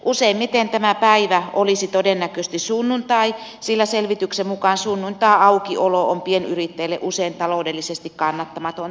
useimmiten tämä päivä olisi todennäköisesti sunnuntai sillä selvityksen mukaan sunnun taiaukiolo on pienyrittäjille usein taloudellisesti kannattamatonta